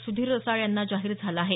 सुधीर रसाळ यांना जाहीर झाला आहे